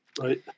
Right